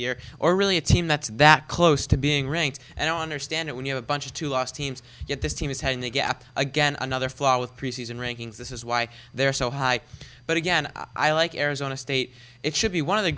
year or really a team that's that close to being ranked i don't understand it when you know a bunch of two loss teams yet this team is heading that gap again another flaw with preseason rankings this is why they're so high but again i like arizona state it should be one of the